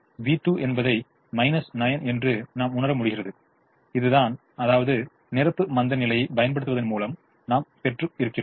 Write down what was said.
v2 என்பதை 9 என்று நாம் உணர முடிகிறது இது இதுதான் அதாவது நிரப்பு மந்தநிலையைப் பயன்படுத்துவதன் மூலம் நாம் பெற்று இருக்கிறோம்